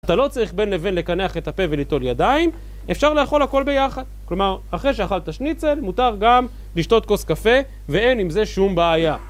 אתה לא צריך בין לבין לקנח את הפה ולטול ידיים, אפשר לאכול הכל ביחד כלומר, אחרי שאכלת שניצל מותר גם לשתות כוס קפה ואין עם זה שום בעיה